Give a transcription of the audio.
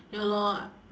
ya lor